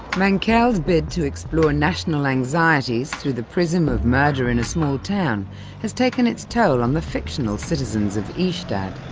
mankell's bid to explore national anxieties through the prism of murder in a small town has taken its toll on the fictional citizens of ystad.